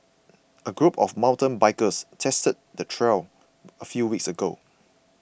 a group of mountain bikers tested the trail a few weeks ago